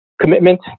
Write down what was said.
commitment